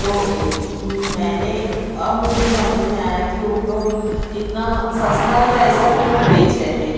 تو میں نے اب مجھے سمجھ میں آیا کہ ان لوگ اتنا سستا یا ایسا کیوں بیچ رہے تھے